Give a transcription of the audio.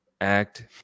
act